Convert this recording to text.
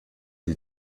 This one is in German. die